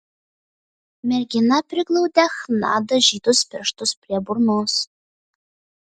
mergina priglaudė chna dažytus pirštus prie burnos